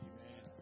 Amen